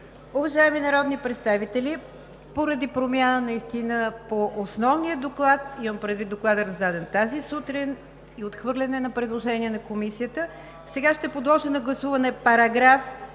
Уважаеми народни представители, поради промяна по основния доклад – имам предвид доклада, раздаден тази сутрин, и отхвърляне на предложения на Комисията, сега ще подложа на гласуване §